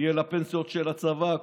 יהיה לפנסיות של הצבא,